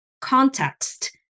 context